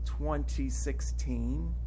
2016